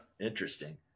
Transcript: Interesting